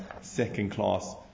second-class